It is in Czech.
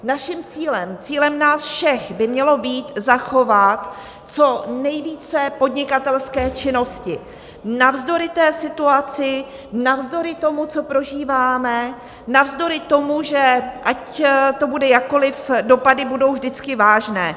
Naším cílem, cílem nás všech, by mělo být zachovat co nejvíce podnikatelské činnosti navzdory situaci, navzdory tomu, co prožíváme, navzdory tomu, že ať to bude jakkoliv, dopady budou vždycky vážné.